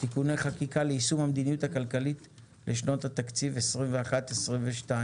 (תיקוני חקיקה ליישום המדיניות הכלכלית לשנות התקציב 2021 ו-2022).